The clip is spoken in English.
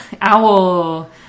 Owl